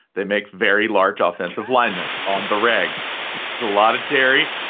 they make very large offensive linemen on the rag. it's a lot of dairy,